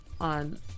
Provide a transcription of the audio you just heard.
on